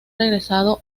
regresado